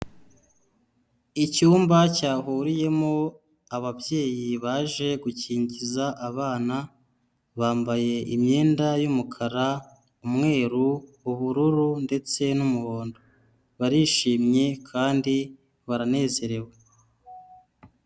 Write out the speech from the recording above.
Icyumba cyahuriyemo ababyeyi baje gukingiza abana bambaye imyenda y'umukara, umweru, ubururu ndetse n'umuhondo barishimye kandi baranezerewe.